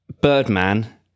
Birdman